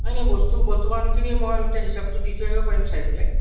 নাই নাই বস্তু বস্তু বাহানিখিনি মই এতিয়া হিচাপটো দি থৈ আহিব পাৰিম চাই পেলাই